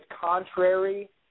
contrary